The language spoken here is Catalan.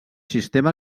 sistema